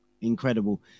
incredible